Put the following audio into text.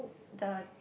the